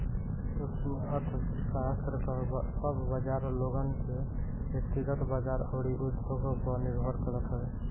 सूक्ष्म अर्थशास्त्र कअ सब बाजार लोगन के व्यकतिगत बाजार अउरी उद्योग पअ निर्भर करत हवे